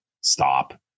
stop